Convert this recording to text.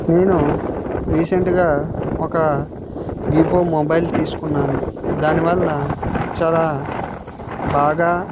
నేను రీసెంట్గా ఒక వివో మొబైల్ తీసుకున్నాను దానివల్ల చాలా బాగా